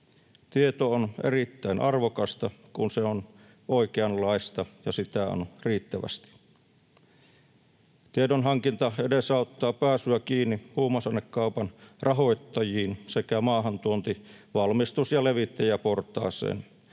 Tieto on erittäin arvokasta, kun se on oikeanlaista ja sitä on riittävästi. Tiedonhankinta edesauttaa pääsyä kiinni huumausainekaupan rahoittajiin sekä maahantuonti‑, valmistus- ja levittäjäportaaseen.